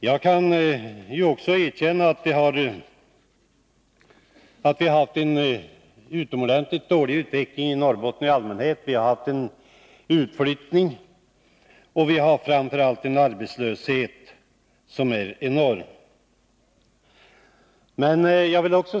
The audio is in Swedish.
Jag kan erkänna att vi har haft en utomordentligt dålig utveckling i Norrbotten i allmänhet med utflyttning och framför allt en arbetslöshet som är enorm.